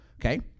Okay